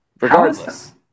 regardless